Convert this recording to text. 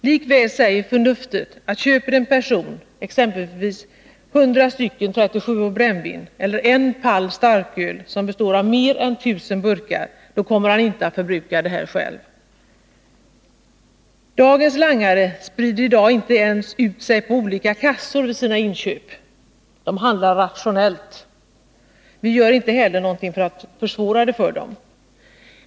Likväl säger förnuftet att köper en person exempelvis 100 stycken 37:or brännvin eller en pall starköl som består av mer än 1 000 burkar, kommer han inte att förbruka detta själv. Dagens langare sprider inte ens ut sig på olika kassor vid sina inköp — de handlar rationellt. Vi gör ju heller inget för att försvåra för dem.